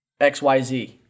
XYZ